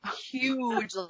huge